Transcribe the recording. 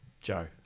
Joe